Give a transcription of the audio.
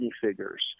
figures